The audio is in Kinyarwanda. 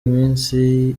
iminsi